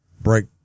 break